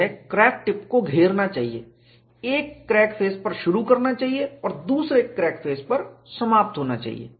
यह crack tip को घेरना चाहिए एक क्रैक फेस पर शुरू करना चाहिए और दूसरे क्रैक फेस पर समाप्त होना चाहिए